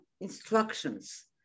instructions